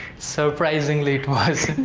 surprisingly it was.